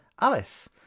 Alice